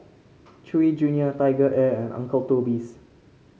Chewy Junior TigerAir and Uncle Toby's